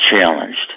challenged